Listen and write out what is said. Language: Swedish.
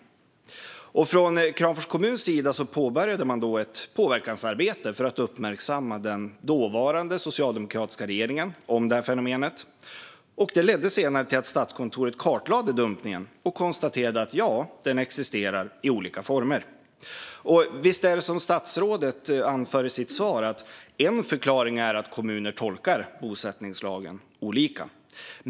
Från Kramfors kommuns sida påbörjade man ett påverkansarbete för att uppmärksamma den dåvarande socialdemokratiska regeringen på detta fenomen. Det ledde senare till att Statskontoret kartlade dumpningen och konstaterade att den existerar i olika former. Visst är en förklaring, som statsrådet anförde i sitt svar, att kommuner tolkar bosättningslagen olika.